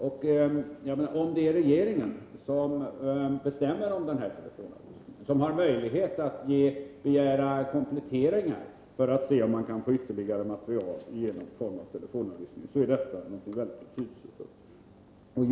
Om det är regeringen som bestämmer om den här telefonavlyssningen och har möjlighet att begära kompletteringar för att se om man kan få ytterligare material genom telefonavlyssning, så är detta någonting väldigt betydelsefullt.